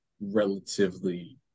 relatively